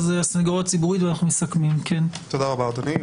תודה רבה, אדוני.